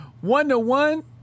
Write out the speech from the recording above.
One-to-one